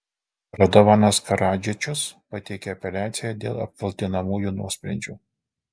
radovanas karadžičius pateikė apeliaciją dėl apkaltinamųjų nuosprendžių